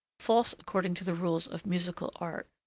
false according to the rules of musical art,